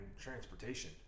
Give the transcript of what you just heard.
transportation